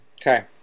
Okay